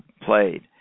played